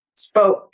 Spoke